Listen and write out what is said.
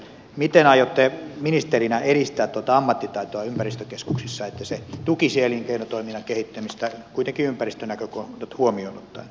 miten aiotte ministerinä edistää tuota ammattitaitoa ympäristökeskuksissa että se tukisi elinkeinotoiminnan kehittämistä kuitenkin ympäristönäkökohdat huomioon ottaen